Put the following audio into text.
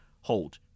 hold